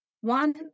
one